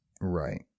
Right